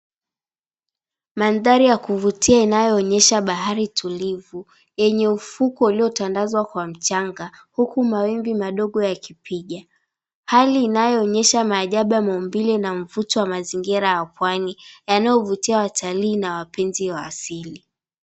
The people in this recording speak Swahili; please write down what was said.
Mandhari ya kuvutia inayoonyesha bahari tulivu yenye ufukwe uliotandazwa kwa mchanga huku mawimbi madogo yakipiga. Hali inayoonyesha maajabu ya maumbile na mvuto wa mazingira ya pwani yanayovutia watalii na wapenzi wa asili.